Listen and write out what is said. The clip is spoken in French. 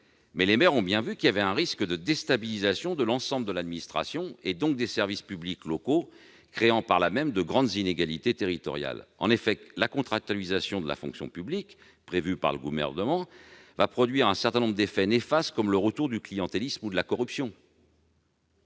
comme le Gouvernement le préconise, mais un risque de déstabilisation de l'ensemble de l'administration et des services publics locaux, créant par là même de grandes inégalités territoriales. En effet, la contractualisation de la fonction publique prévue par le Gouvernement produira un certain nombre d'effets néfastes comme le retour du clientélisme et de la corruption.